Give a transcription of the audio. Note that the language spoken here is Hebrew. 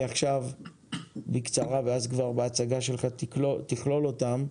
עכשיו בקצרה ובהצגה שלך תשיב עליהן.